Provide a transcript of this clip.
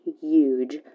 huge